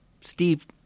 Steve